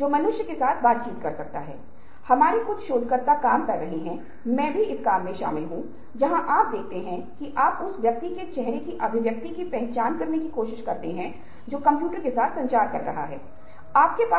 दूसरों के साथ चर्चा करें जो इस मुद्दे से जुड़े हैं क्योंकि एक व्यक्ति जो समस्या का अनुभव करता है उसे उस विशेष मुद्दे पर अधिक अंतर्दृष्टि होती है उस